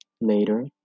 later